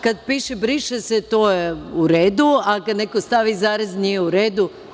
Kad piše briše se, to je u redu, a kad neko stavi zarez to nije u redu.